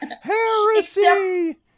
Heresy